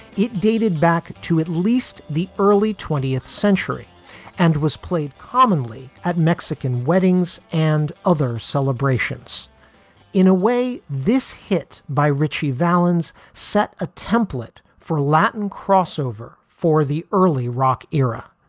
it dated back to at least the early twentieth century and was played commonly at mexican weddings and other celebrations in a way, this hit by ritchie valens set a template for latin crossover for the early rock era.